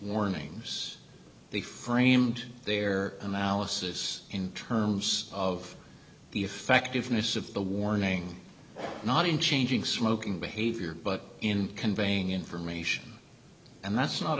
warnings they framed their analysis in terms of the effectiveness of the warning not in changing smoking behavior but in conveying information and that's not